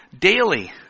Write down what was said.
daily